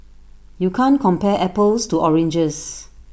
you can't compare apples to oranges